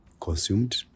consumed